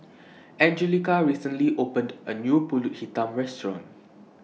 Angelica recently opened A New Pulut Hitam Restaurant